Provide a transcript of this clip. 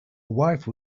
wife